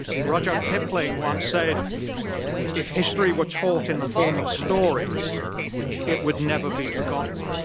rudyard kipling once said if history were taught in the form of stories it would never be forgotten.